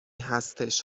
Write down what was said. هستش